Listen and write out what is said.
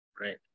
Right